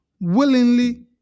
willingly